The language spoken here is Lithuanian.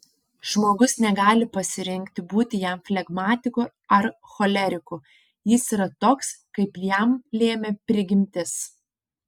žmogus negali pasirinkti būti jam flegmatiku ar choleriku jis yra toks kaip jam lėmė prigimtis